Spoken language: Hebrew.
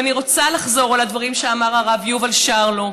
ואני רוצה לחזור על הדברים שאמר הרב יובל שרלו: